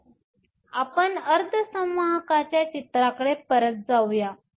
तर आपण अर्धसंवाहकाच्या चित्राकडे परत जाऊ या